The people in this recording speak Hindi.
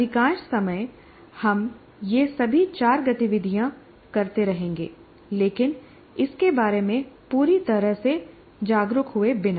अधिकांश समय हम ये सभी चार गतिविधियाँ करते रहेंगे लेकिन इसके बारे में पूरी तरह से जागरूक हुए बिना